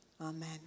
Amen